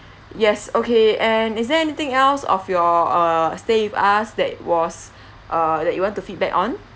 yes okay and is there anything else of your uh stay with us that was uh that you want to feedback on